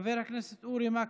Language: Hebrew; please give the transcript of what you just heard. חבר הכנסת אורי מקלב.